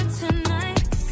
tonight